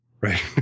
Right